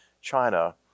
China